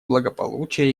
благополучия